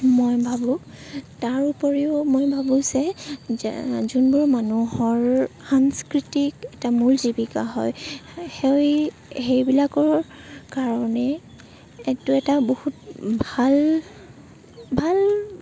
মই ভাবোঁ তাৰ উপৰিও মই ভাবোঁ যে য যোনবোৰ মানুহৰ সাংস্কৃতিক এটা মূল জীৱিকা হয় সেয়ে সেইবিলাকৰ কাৰণে এইটো এটা বহুত ভাল ভাল